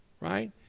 right